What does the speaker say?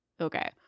okay